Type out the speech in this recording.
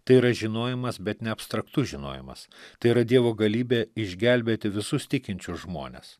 tai yra žinojimas bet ne abstraktus žinojimas tai yra dievo galybė išgelbėti visus tikinčius žmones